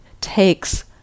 takes